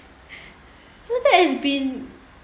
it has been